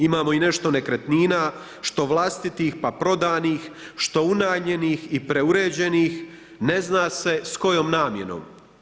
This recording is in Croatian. Imamo i nešto i nekretnina, što vlastitih, što prodanih, što unajmljenih i preuređenih, ne zna se s kojoj namjenom.